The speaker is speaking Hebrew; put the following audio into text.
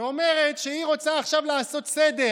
ואומרת שהיא רוצה עכשיו לעשות סדר,